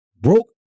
broke